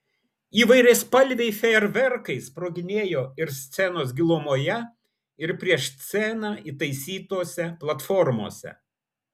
įvairiaspalviai fejerverkai sproginėjo ir scenos gilumoje ir prieš sceną įtaisytose platformose